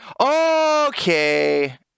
Okay